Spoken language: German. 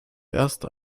erst